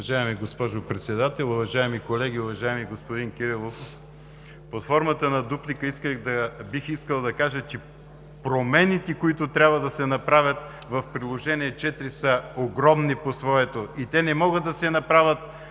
Уважаема госпожо Председател, уважаеми колеги, уважаеми господин Кирилов! Под формата на дуплика бих искал да кажа, че промените, които трябва да се направят в Приложение № 4, са огромни и те не могат да се направят